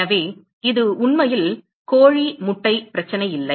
எனவே இது உண்மையில் கோழி முட்டை பிரச்சனை இல்லை